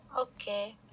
Okay